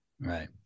Right